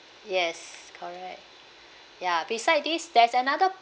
yes correct ya beside this there's another